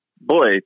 boy